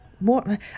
more